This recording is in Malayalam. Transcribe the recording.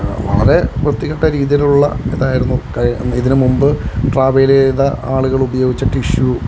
വളരെ വൃത്തികെട്ട രീതിയിലുള്ള ഇതായിരുന്നു ഇതിനു മുമ്പ് ട്രാവല് ചെയ്ത ആളുകള് ഉപയോഗിച്ച ടിഷ്യു